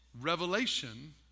revelation